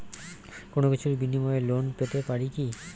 কোনো কিছুর বিনিময়ে লোন পেতে পারি কি?